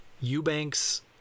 Eubanks